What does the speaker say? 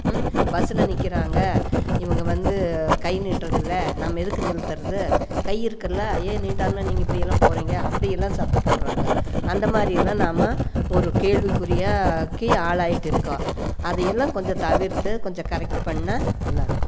பஸ்ஸில் நிற்கிறாங்க இவங்க வந்து கை நீட்றதில்லை நம்ம எதுக்கு நிறுத்துறது கை இருக்குல்ல ஏன் நீட்டாம நீங்கள் இப்படியெல்லாம் போகறீங்க அப்படியெல்லாம் சத்தம் போடுறாங்க அந்த மாதிரியலாம் நாம்ம ஒரு கேள்விக்குறியாக்கி ஆளாயிட்டுருக்கோம் அதை எல்லாம் கொஞ்சம் தவிர்த்து கொஞ்சம் கரெக்ட் பண்ணா நல்லா இருக்கும்